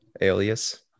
alias